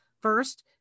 First